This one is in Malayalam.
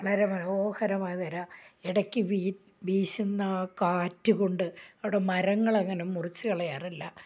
വളരെ മനോഹരമായ നിര ഇടയ്ക്ക് വീശുന്ന ആ കാറ്റു കൊണ്ട് അവിടെ മരങ്ങൾ അങ്ങനെ മുറിച്ചു കളയാറില്ല